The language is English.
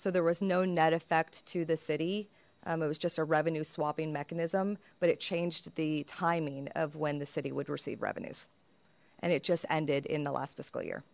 so there was no net effect to the city it was just a revenue swapping mechanism but it changed the timing of when the city would receive revenues and it just ended in the last fiscal year